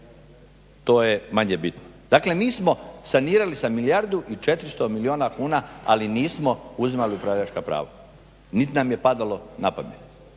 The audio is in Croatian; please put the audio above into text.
to je manje bitno. Dakle nismo sanirali sa milijardu 400 milijuna kuna ali nismo uzimali upravljačka prava, niti nam je padalo na pamet